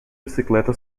bicicleta